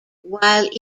while